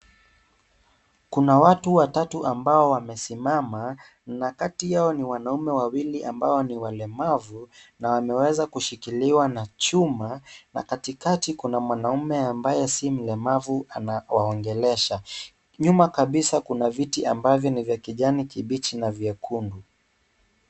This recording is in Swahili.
Kuna watu watatu ambao wamesimama, na kati yao ni wanaume wawili ambao ni walemavu, na wameweza kushikiliwa na chuma na katikati kuna mwanaume ambaye si mlemavu anawaongelesha, nyuma kabisa kuna viti ambavyo ni vya kijani kibichi na nyekundu.